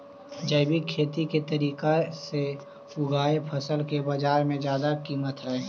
जैविक खेती के तरीका से उगाएल फसल के बाजार में जादा कीमत हई